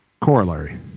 corollary